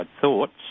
thoughts